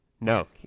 No